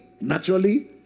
naturally